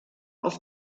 auf